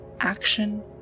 action